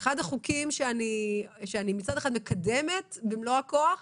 אחד החוקים שאני מצד אחד מקדמת במלוא הכוח,